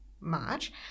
March